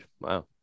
Wow